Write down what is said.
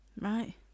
Right